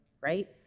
right